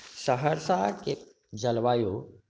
सहरसाके जलवायु